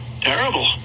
terrible